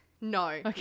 no